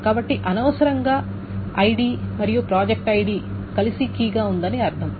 కాబట్టి అనవసరంగా ఐడి మరియు ప్రాజెక్ట్ ఐడి కలిసి కీ గా ఉందని అర్థం